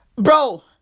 Bro